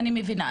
אני מבינה,